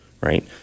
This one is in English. right